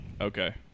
Okay